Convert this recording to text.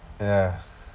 ya